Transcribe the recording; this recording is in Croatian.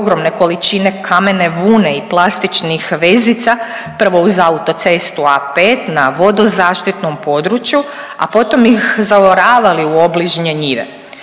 ogromne količine kamene vune i plastičnih vezica prvo uz autocestu A5 na vodozaštitnom području, a potom iz zaoravali u obližnje njive.